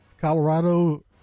Colorado